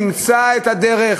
נמצא את הדרך,